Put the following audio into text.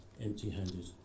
empty-handed